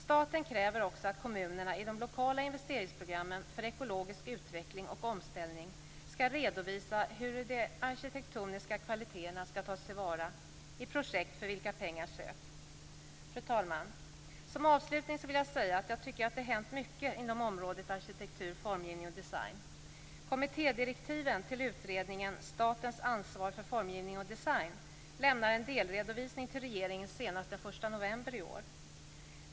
Staten kräver också att kommunerna i de lokala investeringsprogrammen för ekologisk utveckling och omställning skall redovisa hur de arkitektoniska kvaliteterna skall tas till vara i projektet för vilka pengar sökts. Fru talman! Som avslutning vill jag säga att jag tycker att det har hänt mycket inom området arkitektur, formgivning och design. Kommittédirektiven till utredningen Statens ansvar för formgivning och design lämnar en delredovisning till regeringen senast den 1 november i år.